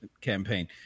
campaign